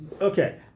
Okay